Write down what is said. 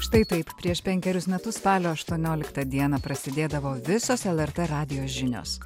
štai taip prieš penkerius metus spalio aštuonioliktą dieną prasidėdavo visos lrt radijo žinios